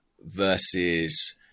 versus